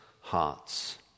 hearts